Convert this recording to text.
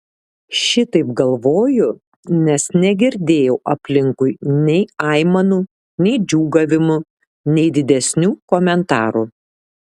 šitaip galvoju nes negirdėjau aplinkui nei aimanų nei džiūgavimų nei didesnių komentarų